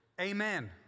Amen